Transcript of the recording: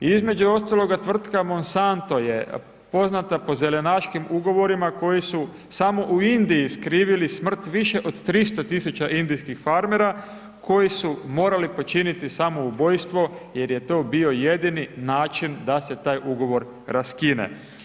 Između ostalog, tvrtka Monsanto je poznata po zelenaškim ugovorima, koji su samo u Indiji skrivili smrt više od 300 tisuća indijskih farmera, koji su morali počiniti samoubojstvo, jer je to bio jedini način da se taj ugovor raskine.